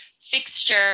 fixture